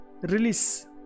release